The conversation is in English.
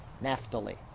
Naphtali